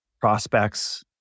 prospects